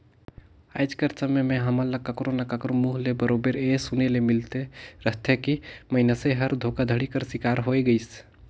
आएज कर समे में हमन ल काकरो ना काकरो मुंह ले बरोबेर ए सुने ले मिलते रहथे कि मइनसे हर धोखाघड़ी कर सिकार होए गइस